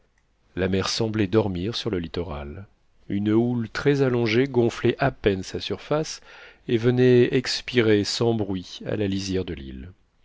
la mer semblait dormir sur le littoral une houle très allongée gonflait à peine sa surface et venait expirer sans bruit à la lisière de l'île